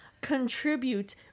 Contribute